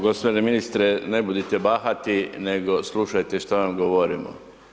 Gospodine ministre ne budite bahati, nego slušajte što vam govorimo.